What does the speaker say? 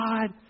God